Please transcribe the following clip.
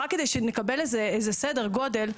רק כדי שנקבל איזה סדר גודל.